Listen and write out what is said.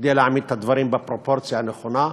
כדי להעמיד את הדברים בפרופורציה הנכונה,